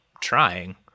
trying